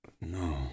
No